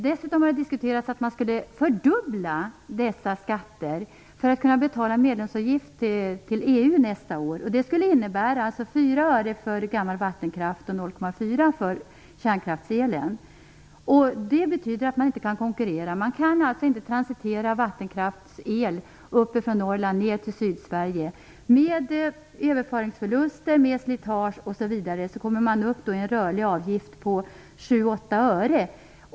Dessutom har det diskuterats om att fördubbla dessa skatter för att kunna betala medlemsavgift till EU nästa år. Det skulle innebära 4 öre för gamla vattenkraftverk och 0,4 öre för kärnkraftselen. Det betyder att man inte kan konkurrera. Man kan inte transitera vattenkraftsel från Norrland ner till Sydsverige. Med överföringsförluster, slitage osv. kommer man upp till en rörlig avgift på 7-8 öre.